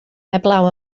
heblaw